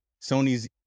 Sony's